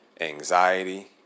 anxiety